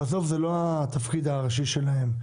בסוף זה לא התפקיד הראשי שלהם.